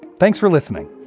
thanks for listening.